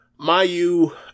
Mayu